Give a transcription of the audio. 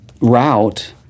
route